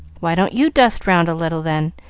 why don't you dust round a little, then?